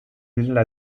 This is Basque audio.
direla